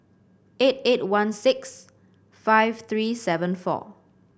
eight eight one six five three seven four